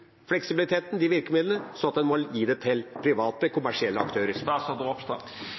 virkemidlene, så en må gi det til private kommersielle aktører?